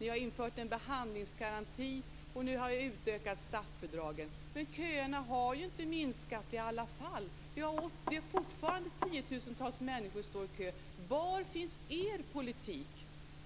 Ni har infört en behandlingsgaranti. Och nu har ni utökat statsbidragen. Men köerna har ju inte minskat i alla fall. Vi har fortfarande tiotusentals människor som står i kö. Var finns er politik